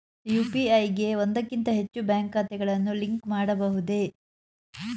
UPI ಗೆ ಒಂದಕ್ಕಿಂತ ಹೆಚ್ಚು ಬ್ಯಾಂಕ್ ಖಾತೆಗಳನ್ನು ಲಿಂಕ್ ಮಾಡಬಹುದೇ?